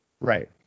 right